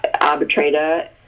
arbitrator